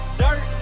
dirt